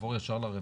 שיעבור ישר לרווחה?